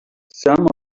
some